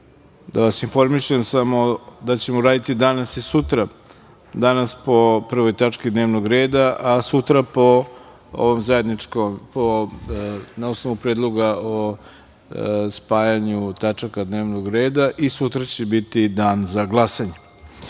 da vas informišem da ćemo raditi danas i sutra, danas po prvoj tački dnevnog reda, a sutra na osnovu predloga o spajanju tačaka dnevnog reda i sutra će biti dan za glasanje. Saglasno